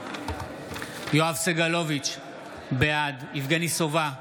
יואב סגלוביץ' בעד יבגני סובה,